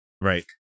Right